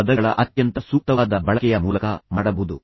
ಪದಗಳ ಅತ್ಯಂತ ಸೂಕ್ತವಾದ ಬಳಕೆಯ ಮೂಲಕ ಮಾಡಬಹುದು